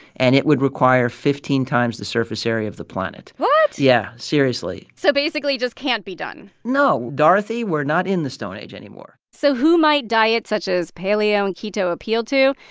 and it would require fifteen times the surface area of the planet what? yeah, seriously so basically, it just can't be done no, dorothy, we're not in the stone age anymore so who might diets such as paleo and keto appeal to?